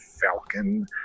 Falcon